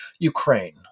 Ukraine